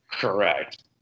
Correct